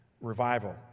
revival